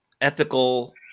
ethical